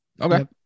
Okay